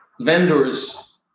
vendors